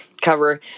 cover